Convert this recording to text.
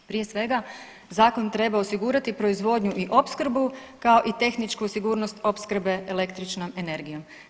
Prije svega zakon treba osigurati proizvodnju i opskrbu kao i tehničku sigurnost opskrbe električnom energijom.